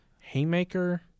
Haymaker